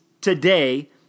today